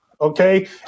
okay